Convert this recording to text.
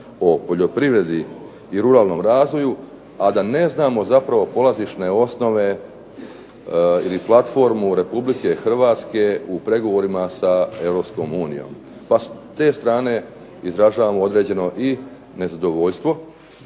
o poljoprivredi i ruralnom razvoju, a da ne znamo zapravo polazišne osnove ili platformu Republike Hrvatske u pregovorima sa Europskom unijom. Pa s te strane izražavamo određeno i nezadovoljstvo,